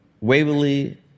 Waverly